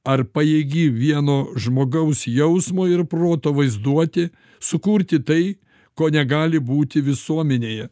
ar pajėgi vieno žmogaus jausmo ir proto vaizduotė sukurti tai ko negali būti visuomenėje